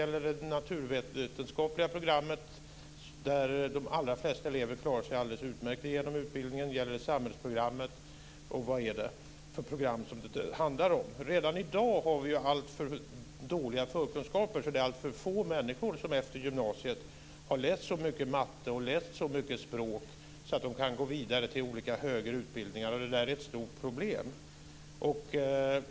Gäller det naturvetenskapliga programmet, där de allra flesta elever klarar sig alldeles utmärkt genom utbildningen? Gäller det samhällsprogrammet? Vilka program handlar det om? Redan i dag har vi alltför dåliga förkunskaper. Det är för få människor som efter gymnasiet har läst så mycket matte och så mycket språk att de kan gå vidare till olika högre utbildningar. Det är ett stort problem.